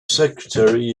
secretary